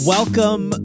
Welcome